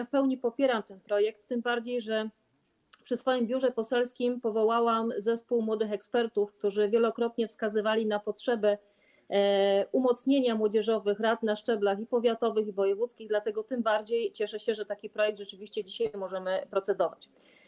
W pełni popieram ten projekt, tym bardziej że przy swoim burze poselskim powołałam zespół młodych ekspertów, którzy wielokrotnie wskazywali na potrzebę umocnienia młodzieżowych rad na szczeblach i powiatowych, i wojewódzkich, dlatego tym bardziej cieszę się, że taki projekt rzeczywiście dzisiaj możemy procedować.